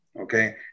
okay